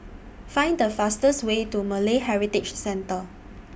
Find The fastest Way to Malay Heritage Centre